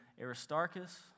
Aristarchus